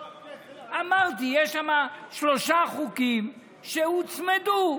לא, בסדר, אמרתי, יש שם שלושה חוקים שהוצמדו.